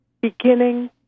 beginning